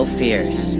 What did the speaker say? fears